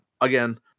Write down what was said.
again